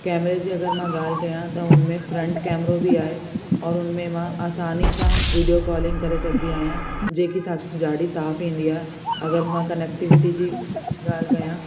कैमरे जी अगरि मां ॻाल्हि कयां त हुनमें फ्रंट कैमरो बि आहे और हुनमें मां असानी सां वीडियो कॉलिंग करे सघंदी आहियां जेकी असांखे ॾाढी साफ ईंदी आहे अगरि मां कनैक्टिविटी जी ॻाल्हि कयां